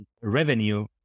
revenue